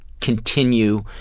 continue